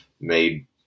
made